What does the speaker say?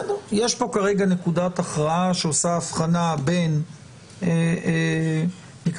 יש פה כרגע נקודת הכרעה שעושה הבחנה בין המעגל